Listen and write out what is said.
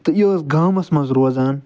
تہٕ یہِ ٲس گامَس مَنٛز روزان